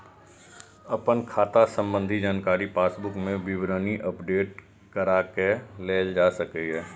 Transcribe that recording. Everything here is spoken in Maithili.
अपन खाता संबंधी जानकारी पासबुक मे विवरणी अपडेट कराके लेल जा सकैए